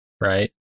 right